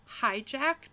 hijacked